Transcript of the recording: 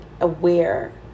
aware